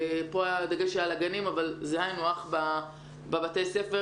פה הדגש על הגנים אבל זה היינו הך בבית הספר